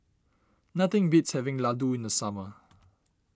nothing beats having Ladoo in the summer